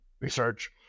research